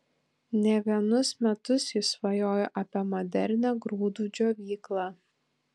ne vienus metus jis svajojo apie modernią grūdų džiovyklą